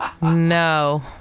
no